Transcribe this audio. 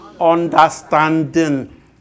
Understanding